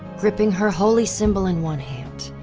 gripping her holy symbol in one hand,